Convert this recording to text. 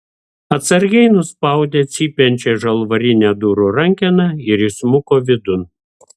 atsargiai nuspaudė cypiančią žalvarinę durų rankeną ir įsmuko vidun